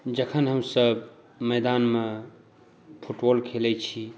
जखन हमसभ मैदानमऽ फुटबॉल खेलैत छी